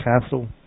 Castle